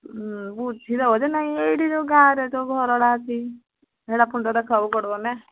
ବୁଝିଦେବ ଯେ ନାଇଁ ଏଇଠି ଯେଉଁ ଗାଁରେ ଯେଉଁ ଘରଟା ଅଛି ସେଇଟା ଫୁଣି ତ ଦେଖବାକୁ ପଡ଼ିବ ନା